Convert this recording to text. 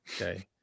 okay